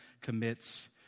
commits